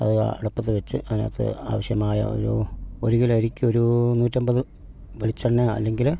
അത് അടുപ്പത്ത് വെച്ച് അതിനകത്ത് ആവശ്യമായ ഒരു ഒരു കിലോ അരിക്ക് ഒരു നൂറ്റമ്പത് വെളിച്ചെണ്ണയോ അല്ലെങ്കിൽ